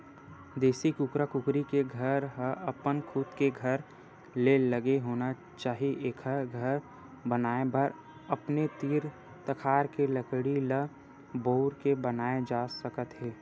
देसी कुकरा कुकरी के घर ह अपन खुद के घर ले लगे होना चाही एखर घर बनाए बर अपने तीर तखार के लकड़ी ल बउर के बनाए जा सकत हे